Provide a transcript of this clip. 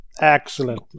Excellent